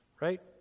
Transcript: right